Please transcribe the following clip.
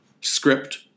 script